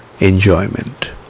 enjoyment